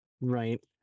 Right